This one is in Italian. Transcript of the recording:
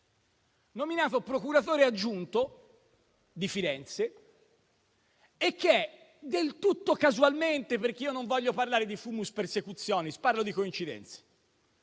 Nominato procuratore aggiunto di Firenze, è, del tutto casualmente perché io non voglio parlare di *fumus persecutionis*, ma di coincidenze,